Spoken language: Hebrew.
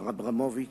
מר אברמוביץ,